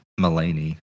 Mulaney